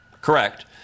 Correct